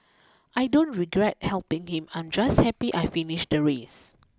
I don't regret helping him I'm just happy I finished the race